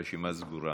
הרשימה סגורה,